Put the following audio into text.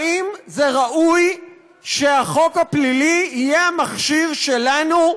האם זה ראוי שהחוק הפלילי יהיה המכשיר שלנו,